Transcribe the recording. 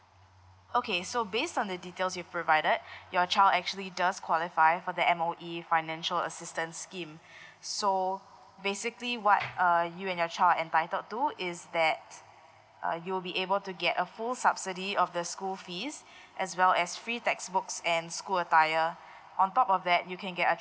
okay so based on the details you provided your child actually does qualify for the M_O_E financial assistance scheme so basically what uh you and your child entitled to is that uh you will be able to get a full subsidy of the school fees as well as free textbooks and school attire on top of that you can get a